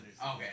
Okay